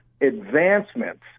advancements